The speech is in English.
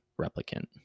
replicant